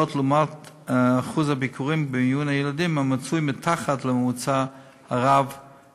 לעומת אחוז הביקורים במיון ילדים המצוי מתחת לממוצע הרב-שנתי.